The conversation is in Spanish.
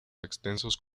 extensos